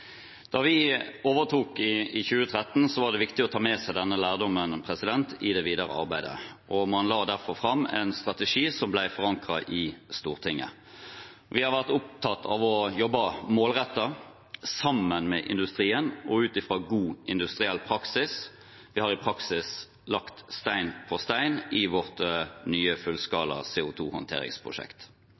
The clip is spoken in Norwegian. Da vi overtok i 2013, var det viktig å ta med seg denne lærdommen i det videre arbeidet. Man la derfor fram en strategi som ble forankret i Stortinget. Vi har vært opptatt av å jobbe målrettet sammen med industrien og ut ifra en god industriell praksis. Vi har i praksis lagt stein på stein i vårt nye fullskala